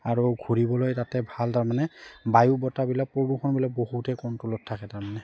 আৰু ঘূৰিবলৈ তাতে ভাল তাৰমানে বায়ু বতাহবিলাক প্ৰদূষণবিলাক বহুতেই কণ্ট্ৰলত থাকে তাৰমানে